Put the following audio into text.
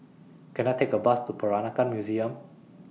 Can I Take A Bus to Peranakan Museum